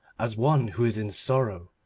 as one who is in sorrow.